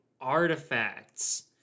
Artifacts